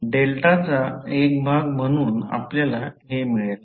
डेल्टाचा एक भाग म्हणून आपल्याला हे मिळेल